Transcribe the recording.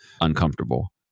uncomfortable